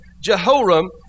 Jehoram